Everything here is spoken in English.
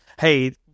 hey